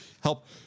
help